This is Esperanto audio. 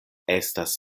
estas